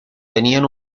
tenían